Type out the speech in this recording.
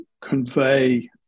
convey